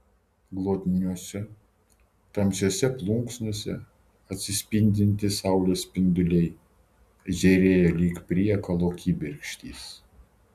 glotniose tamsiose plunksnose atsispindintys saulės spinduliai žėrėjo lyg priekalo kibirkštys